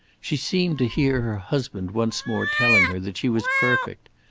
she seemed to hear her husband once more telling her that she was perfect.